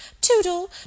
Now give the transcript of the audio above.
Toodle